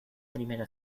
primera